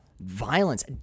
violence